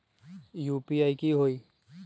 UPI की होई?